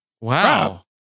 Wow